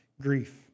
grief